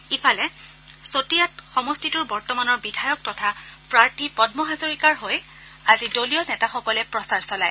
ইফালে চতিয়াত সমষ্টিটোৰ বৰ্তমানৰ বিধায়ক তথা প্ৰাৰ্থী পল্ম হাজৰিকাৰ হৈ আজি দলীয় নেতাসকলে প্ৰচাৰ চলায়